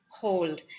hold